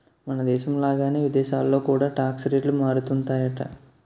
మనదేశం లాగానే విదేశాల్లో కూడా టాక్స్ రేట్లు మారుతుంటాయట